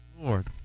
Lord